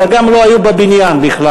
אלא גם לא היו בבניין בכלל.